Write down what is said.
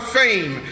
fame